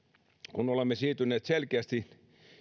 kun olemme siirtyneet selkeästi